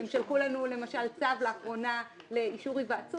הם שלחו לנו לאחרונה צו לאישור היוועצות